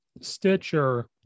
Stitcher